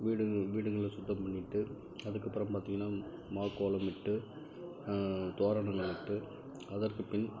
வீடுகள் வீடுகளை சுத்தம் பண்ணிவிட்டு அதுக்கப்புறம் பார்த்திங்கன்னா மாக்கோலம் இட்டு தோரணங்கள் இட்டு அதற்கு பின்